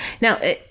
Now